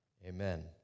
Amen